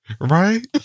Right